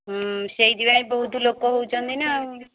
ସେଇଥିପାଇଁ ବହୁତ ଲୋକ ହେଉଛନ୍ତି ନା ଆଉ